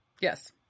Yes